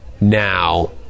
now